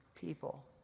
people